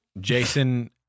Jason